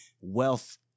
wealth